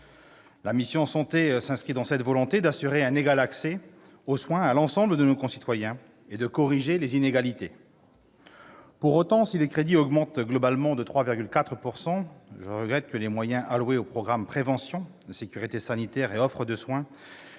La mission « Santé » s'inscrit dans cette volonté d'assurer un égal accès aux soins à l'ensemble de nos concitoyens et de corriger les inégalités. Pour autant, si les crédits augmentent globalement de 3,4 %, je regrette que les moyens alloués au programme « Prévention, sécurité sanitaire et offre de soins